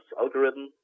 algorithm